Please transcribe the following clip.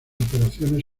operaciones